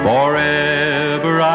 Forever